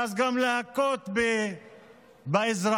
ואז גם להכות באזרחים.